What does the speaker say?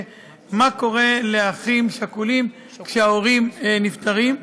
מה קורה לאחים שכולים כשההורים נפטרים.